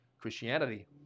Christianity